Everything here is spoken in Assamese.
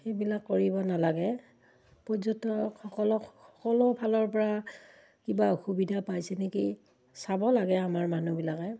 সেইবিলাক কৰিব নালাগে পৰ্যটকসকলক সকলো ফালৰপৰা কিবা অসুবিধা পাইছে নেকি চাব লাগে আমাৰ মানুহবিলাকে